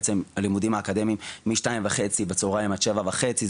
בעצם הלימודים האקדמיים משתיים וחצי בצהריים עד שבע וחצי,